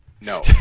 No